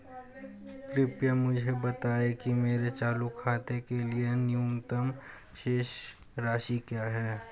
कृपया मुझे बताएं कि मेरे चालू खाते के लिए न्यूनतम शेष राशि क्या है